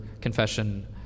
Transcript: Confession